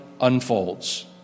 unfolds